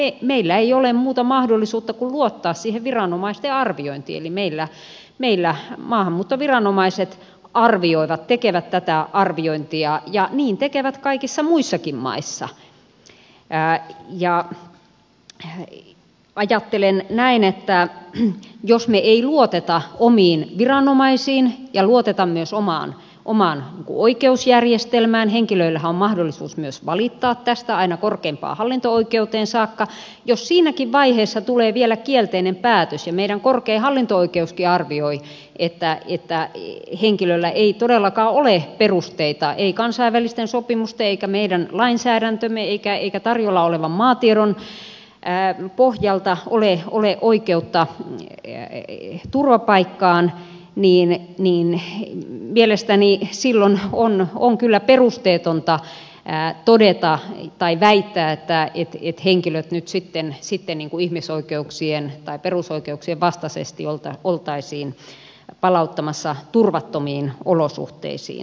no meillä ei ole muuta mahdollisuutta kuin luottaa siihen viranomaisten arviointiin eli meillä maahanmuuttoviranomaiset arvioivat tekevät tätä arviointia ja niin tekevät kaikissa muissakin maissa ja ajattelen näin että jos me luotamme omiin viranomaisiimme ja luotamme myös omaan oikeusjärjestelmäämme henkilöillähän on mahdollisuus myös valittaa tästä aina korkeimpaan hallinto oikeuteen saakka ja jos siinäkin vaiheessa tulee vielä kielteinen päätös ja meidän korkein hallinto oikeuskin arvioi että henkilöllä ei todellakaan kansainvälisten sopimusten eikä meidän lainsäädäntömme eikä tarjolla olevan maatiedon pohjalta ole perusteita ja oikeutta turvapaikkaan mielestäni silloin on kyllä perusteetonta todeta tai väittää että henkilöt nyt sitten ihmisoikeuksien tai perusoikeuksien vastaisesti oltaisiin palauttamassa turvattomiin olosuhteisiin